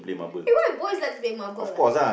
eh why the boys like to play marble ah